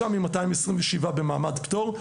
5 מ-227 במעמד פטור.